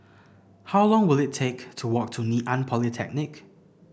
how long will it take to walk to Ngee Ann Polytechnic